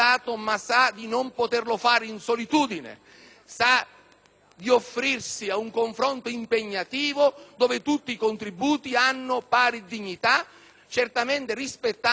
di offrirsi ad un confronto impegnativo, in cui tutti i contributi hanno pari dignità, certamente rispettando l'intuizione e la vocazione politica del Governo.